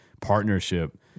partnership